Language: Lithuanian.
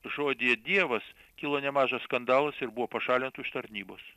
žodyje dievas kilo nemažas skandalas ir buvo pašalintų iš tarnybos